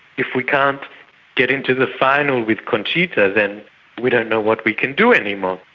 if we can't get into the final with conchita then we don't know what we can do anymore.